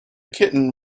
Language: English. kitten